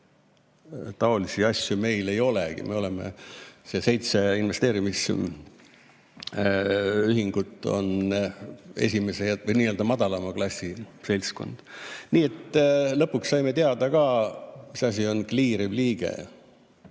et taolisi asju meil ei olegi. Meil on need seitse investeerimisühingut, mis on nii‑öelda madalama klassi seltskond. Nii et lõpuks saime teada ka, mis asi on kliiriv liige.